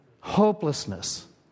Hopelessness